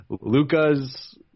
Lucas